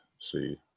see